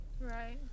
Right